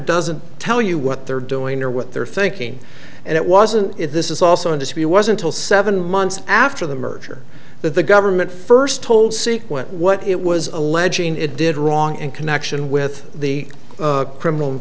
doesn't tell you what they're doing or what they're thinking and it wasn't it this is also in dispute wasn't till seven months after the merger that the government first told sequent what it was alleging it did wrong in connection with the criminal